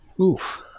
Oof